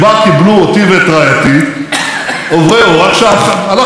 ואת רעייתי עוברי אורח כשהלכנו ברחובות.